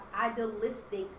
idealistic